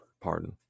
Pardon